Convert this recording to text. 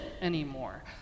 anymore